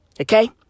Okay